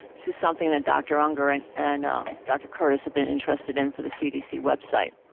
this is something that dr. unger and and um dr. curtis have been interested in for the cdc website.